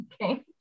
Okay